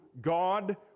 God